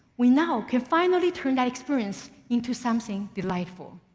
we now can finally turn that experience into something delightful.